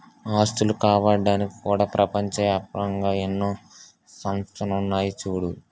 ఆస్తులు కాపాడ్డానికి కూడా ప్రపంచ ఏప్తంగా ఎన్నో సంస్థలున్నాయి చూడూ